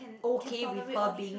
okay with her being